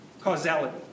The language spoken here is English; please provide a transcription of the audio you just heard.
Causality